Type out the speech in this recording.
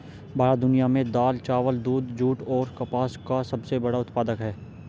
भारत दुनिया में दाल, चावल, दूध, जूट और कपास का सबसे बड़ा उत्पादक है